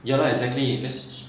ya lah exactly this